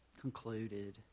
concluded